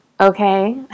okay